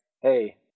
hey